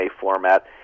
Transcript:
format